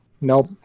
Nope